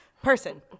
Person